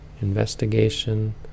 investigation